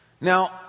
now